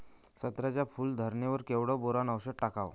संत्र्याच्या फूल धरणे वर केवढं बोरोंन औषध टाकावं?